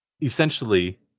Essentially